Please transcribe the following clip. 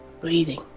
Breathing